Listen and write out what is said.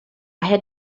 had